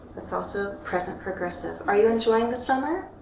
that's also present progressive. are you enjoying the summer?